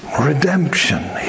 Redemption